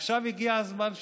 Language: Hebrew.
עכשיו הגיע הזמן שלו.